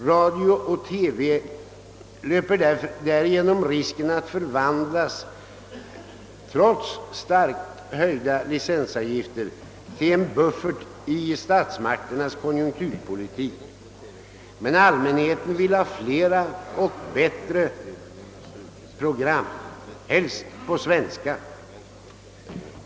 Radio och TV löper risken att trots kraftigt höjda licensavgifter förvandlas till en buffert i statsmakternas konjunkturpolitik. Men allmänheten vill ha fler och bättre program, helst på svenska.